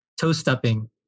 toe-stepping